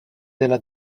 della